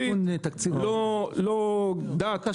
ללא הבדל דת,